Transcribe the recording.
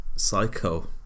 Psycho